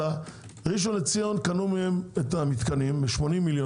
ראשון לציון קנו מהם את המתקנים ב-80 מיליון